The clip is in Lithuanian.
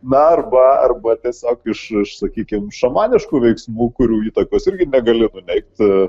na arba arba tiesiog iš sakykim šamaniškų veiksmų kurių įtakos irgi negali neigt